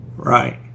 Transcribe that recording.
right